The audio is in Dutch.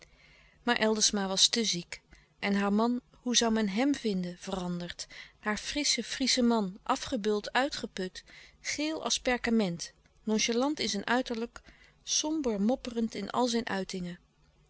maar eldersma was te ziek en haar man hoe zoû men hèm vinden veranderd haar frissche friesche man afgebeuld uitgeput geel als perkament nonchalant in zijn uiterlijk somber mopperend in al zijn uitingen